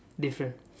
different